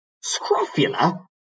Scrofula